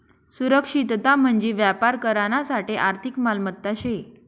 सुरक्षितता म्हंजी व्यापार करानासाठे आर्थिक मालमत्ता शे